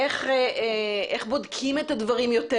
איך בודקים את הדברים יותר,